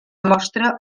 mostra